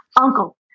uncle